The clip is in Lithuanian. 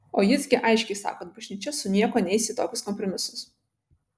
o jis gi aiškiai sako kad bažnyčia su niekuo neis į tokius kompromisus